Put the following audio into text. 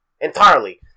entirely